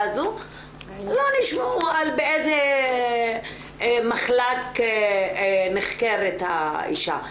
הזו לא נשמעו על באיזה מחלק נחקרת האישה,